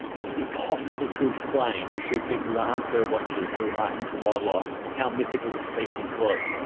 it's impossible to explain to people who aren't birdwatchers who aren't into wildlife how mythical this species was.